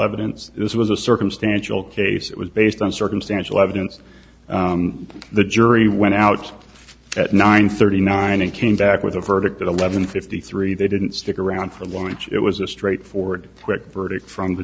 evidence this was a circumstantial case it was based on circumstantial evidence the jury went out at nine thirty nine and came back with a verdict at eleven fifty three they didn't stick around for lunch it was a straightforward quick verdict from the